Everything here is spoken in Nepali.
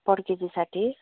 पर केजी साठी